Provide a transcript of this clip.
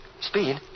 Speed